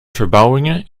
verbouwingen